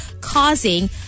Causing